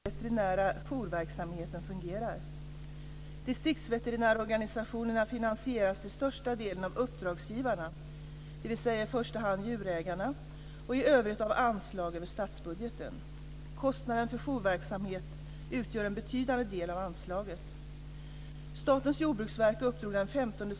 Fru talman! Christel Anderberg har frågat mig vilka åtgärder jag ämnar vidta för att åstadkomma konkurrensneutralitet mellan statliga och privata veterinärer. För att kunna garantera ett bra djurskydd, särskilt i de norra delarna av landet, har staten åtagit sig att se till att den veterinära jourverksamheten fungerar. Distriktsveterinärorganisationerna finansieras till största delen av uppdragsgivarna, dvs. i första hand djurägarna, och i övrigt av anslag över statsbudgeten. Kostnaden för jourverksamhet utgör en betydande del av anslaget.